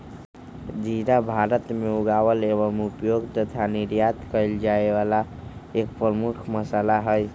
जीरा भारत में उगावल एवं उपयोग तथा निर्यात कइल जाये वाला एक प्रमुख मसाला हई